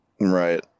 right